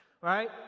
right